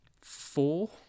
four